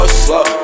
slow